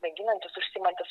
mėginantys užsiimantys